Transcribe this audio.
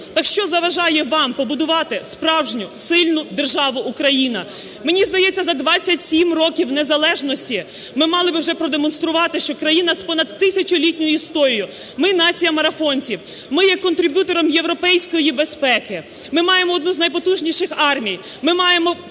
Так що заважає вам побудувати справжню сильну державу Україна? Мені здається, за 27 років незалежності ми мали б вже продемонструвати, що країна з понад тисячолітньою історією. Ми – нація марафонців, ми є контриб'ютором європейської безпеки, ми маємо одну з найпотужніших армій, ми маємо